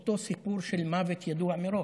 אותו סיפור של מוות ידוע מראש?